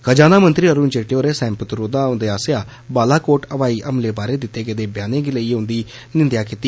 खजाना मंत्री अरूण जेटली होरें सैम पित्रोदा हुंदे आसेआ बालाकोट ब्हाई हमले बारै दित्ते गेदे बयान गी लेइयै उंदी निंदेआ कीती